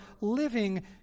living